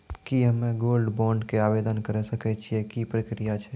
की हम्मय gold bond के आवदेन करे सकय छियै, की प्रक्रिया छै?